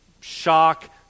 shock